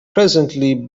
presently